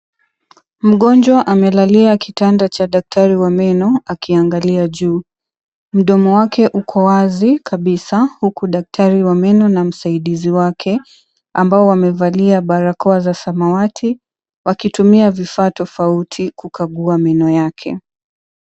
Mgonjwa amelalia kitanda cha daktari wa meno akiangalia juu. Mdomo wake uko wazi kabisa huku daktari wa meno na msaidizi wake ambao wamevalia barakoa za samawati wakitumia vifaa tofauti kukagua meno yake.